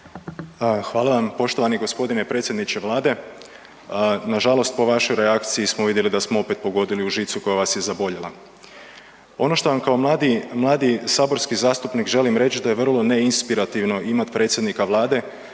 Hvala vam. Poštovani gospodine predsjedniče Vlade. Nažalost po vašoj reakciji smo opet vidjeli da smo opet pogodili u žicu koja vas je zaboljela. Ono što vam kao mladi saborski zastupnik želim reći da je vrlo ne inspirativno imati predsjednika Vlade